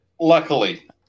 luckily